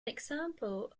example